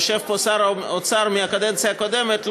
יושב פה שר האוצר מהקדנציה הקודמת,